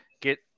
get